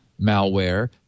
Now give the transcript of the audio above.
malware